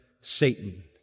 Satan